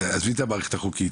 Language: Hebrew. עזבי לרגע את המערכת החוקית,